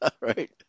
Right